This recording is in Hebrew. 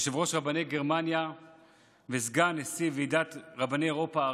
יושב-ראש רבני גרמניה וסגן נשיא ועידת רבני אירופה,